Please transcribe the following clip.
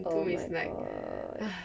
oh my god